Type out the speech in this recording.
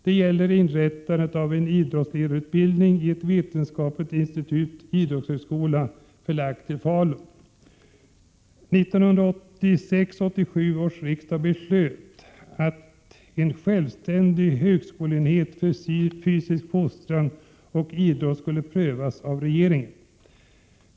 Det gäller inrättandet av en idrottsledarutbildning i ett vetenskapligt institut — idrottshögskola — förlagd till Falun. Under förra riksmötet beslöt riksdagen att en självständig högskoleenhet för fysisk fostran och idrott skulle prövas av regeringen.